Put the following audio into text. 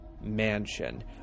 mansion